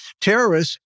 terrorists